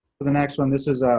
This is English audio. well, the next one, this is